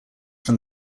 from